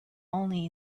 only